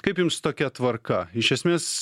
kaip jums tokia tvarka iš esmės